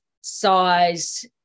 size